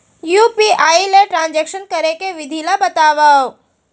UPI ले transaction करे के विधि ला बतावव?